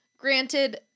Granted